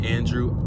Andrew